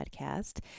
podcast